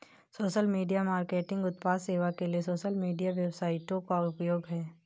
social media marketing उत्पाद सेवा के लिए सोशल मीडिया वेबसाइटों का उपयोग है